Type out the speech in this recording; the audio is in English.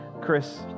Chris